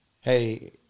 hey